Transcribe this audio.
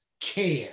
care